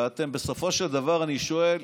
בסופו של דבר, אני שואל: